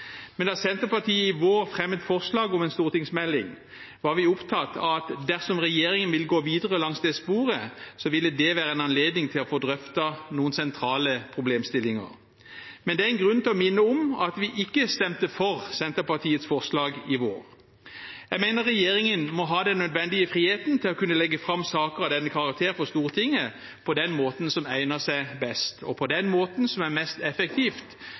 Men da Senterpartiet i vår fremmet forslag om en stortingsmelding, var vi opptatt av at dersom regjeringen ville gå videre langs det sporet, ville det være en anledning til å få drøftet noen sentrale problemstillinger. Men det er grunn til å minne om at vi ikke stemte for Senterpartiets forslag i vår. Jeg mener regjeringen må ha den nødvendige friheten til å kunne legge fram saker av denne karakter for Stortinget på den måten som egner seg best, og på den måten som er mest